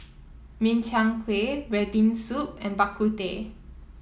Min Chiang Kueh red bean soup and Bak Kut Teh